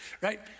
right